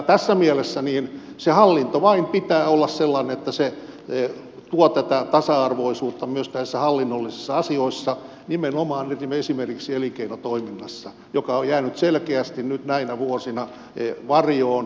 tässä mielessä sen hallinnon vain pitää olla sellainen että se tuo tätä tasa arvoisuutta myös näissä hallinnollisissa asioissa nimenomaan esimerkiksi elinkeinotoiminnassa joka on jäänyt selkeästi nyt näinä vuosina varjoon